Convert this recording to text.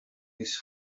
his